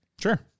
Sure